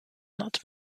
not